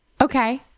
Okay